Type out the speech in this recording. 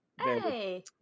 Hey